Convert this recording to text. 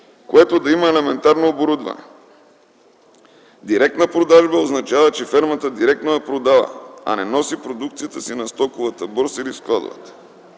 което да има елементарно оборудване. „Директна продажба” означава, че фермерът директно я продава, а не носи продукцията си на стоковата борса или в складовете.